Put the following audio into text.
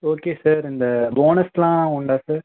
okay sir இந்த போனஸ்ஸெலாம் உண்டா சார்